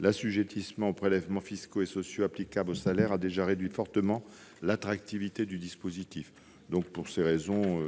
l'assujettissement aux prélèvements fiscaux et sociaux applicables aux salaires a déjà réduit fortement l'attractivité de ce dernier. Pour ces raisons,